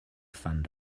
found